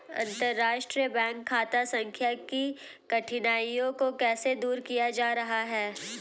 अंतर्राष्ट्रीय बैंक खाता संख्या की कठिनाइयों को कैसे दूर किया जा रहा है?